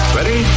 Ready